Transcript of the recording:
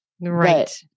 Right